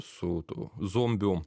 su tų zombių